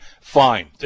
fine